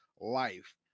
life